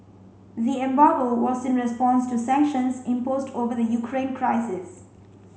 the embargo was in response to sanctions imposed over the Ukraine crisis